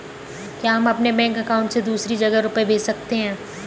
क्या हम अपने बैंक अकाउंट से दूसरी जगह रुपये भेज सकते हैं?